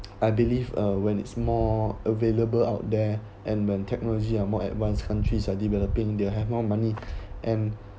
I believe uh when it's more available out there and when technology are more advanced countries are developing they have more money and